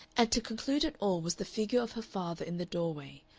and to conclude it all was the figure of her father in the doorway,